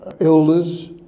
elders